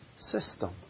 system